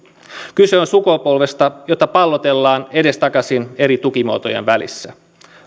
kyse on sukupolvesta jota pallotellaan edestakaisin eri tukimuotojen välissä